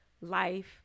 life